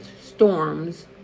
storms